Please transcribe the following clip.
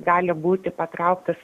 gali būti patrauktas